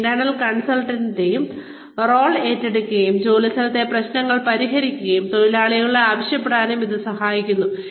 ഒരു ഇന്റേണൽ കൺസൾട്ടന്റിന്റെ റോൾ ഏറ്റെടുക്കാനും ജോലിസ്ഥലത്തെ പ്രശ്നങ്ങൾ പരിഹരിക്കാനും തൊഴിലാളിയോട് ആവശ്യപ്പെടാനും ഇത് സഹായിക്കുന്നു